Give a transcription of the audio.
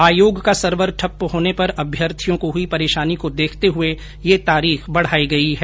आयोग का सर्वर ठप्प होने पर अम्यर्थियों को हुई परेशानी को देखते हुए यह तारीख बढाई गई है